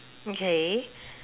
okay